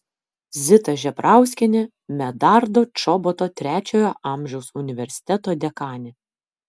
zita žebrauskienė medardo čoboto trečiojo amžiaus universiteto dekanė